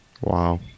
wow